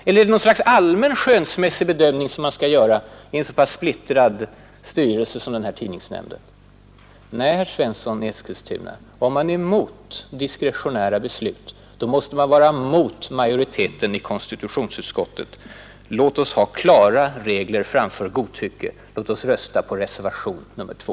Eller är det något slags allmän skönsmässig bedömning som man skall göra i en så pass splittrad styrelse som tidningsnämnden? Nej, herr Svensson i Eskilstuna, går man emot diskretionära beslut, måste man också gå emot majoriteten i konstitutionsutskottet. Låt oss ha klara regler framför godtycke. Låt oss rösta på reservationen 2.